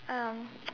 um